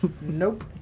Nope